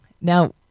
Now